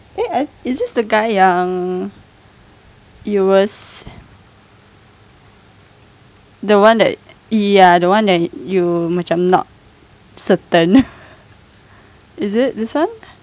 eh I is this the guy yang you were s~ the one that ya the one that you macam not certain is it this one